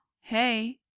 hey